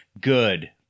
good